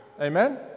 Amen